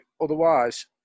otherwise